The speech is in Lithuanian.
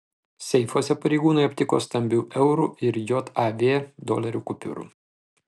seifuose pareigūnai aptiko stambių eurų ir jav dolerių kupiūrų